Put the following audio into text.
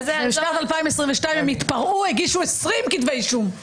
בשנת 2022 התפרעו והגישו 20 כתבי אישום,